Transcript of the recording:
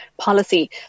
policy